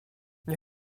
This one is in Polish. nie